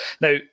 Now